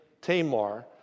Tamar